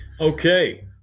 Okay